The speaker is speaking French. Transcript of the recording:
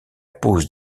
pose